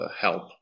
help